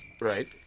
Right